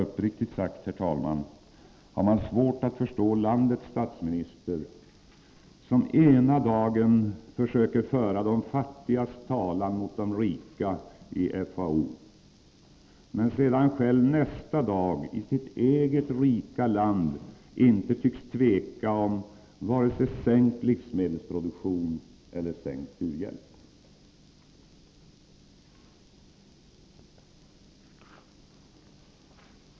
Uppriktigt sagt, herr talman, har man svårt att förstå landets statminister, som ena dagen försöker föra de fattigas talan mot de rika i FAO men sedan själv nästa dag i sitt eget rika land inte tycks tveka om vare sig sänkt livsmedelsproduktion eller sänkt u-hjälp.